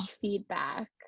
feedback